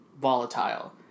volatile